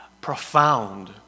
profound